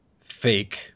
fake